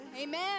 Amen